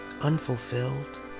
Unfulfilled